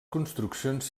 construccions